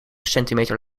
centimeter